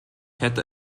hätte